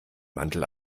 mantel